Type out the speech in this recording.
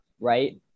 right